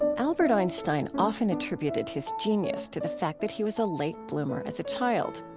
albert einstein often attributed his genius to the fact that he was a late bloomer as a child.